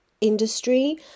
industry